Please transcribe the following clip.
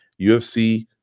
UFC